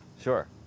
Sure